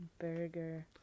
burger